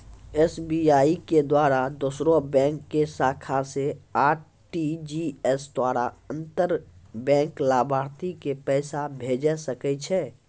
SBI के द्वारा दोसरो बैंको के शाखा से आर.टी.जी.एस द्वारा अंतर बैंक लाभार्थी के पैसा भेजै सकै छै